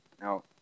Now